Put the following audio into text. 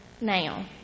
now